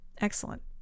Excellent